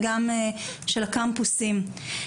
וגם של הקמפוסים.